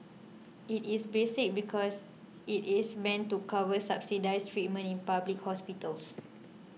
it is basic because it is meant to cover subsidised treatment in public hospitals